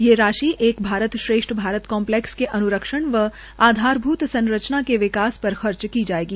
ये राशि एक भारत श्रेष्ठ भारत कम्लैक्स क अन्रक्षण व आधारभूत संरचना के विकास पर खर्च की जायेगी